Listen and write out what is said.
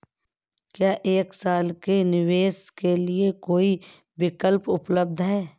क्या एक साल के निवेश के लिए कोई विकल्प उपलब्ध है?